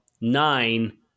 nine